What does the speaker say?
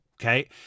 Okay